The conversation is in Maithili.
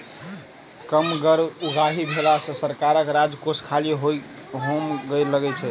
कम कर उगाही भेला सॅ सरकारक राजकोष खाली होमय लगै छै